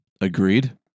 agreed